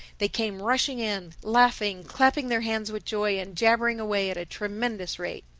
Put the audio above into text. they came rushing in, laughing, clapping their hands with joy and jabbering away at a tremendous rate.